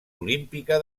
olímpica